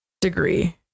degree